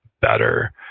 better